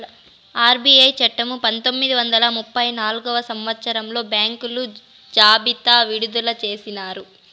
RBI చట్టము పంతొమ్మిది వందల ముప్పై నాల్గవ సంవచ్చరంలో బ్యాంకుల జాబితా విడుదల చేసినారు